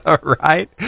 right